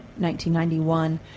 1991